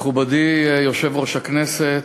מכובדי יושב-ראש הכנסת,